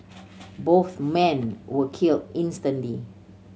both men were killed instantly